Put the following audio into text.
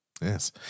yes